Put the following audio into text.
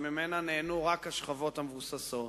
שממנה נהנו רק השכבות המבוססות,